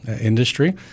industry